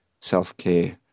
self-care